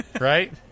right